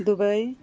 Dubai